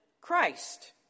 Christ